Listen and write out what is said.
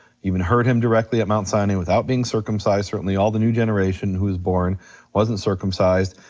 even heard him directly at mount sinai, without being circumcised, certainly all the new generation who was born wasn't circumcised.